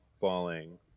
Falling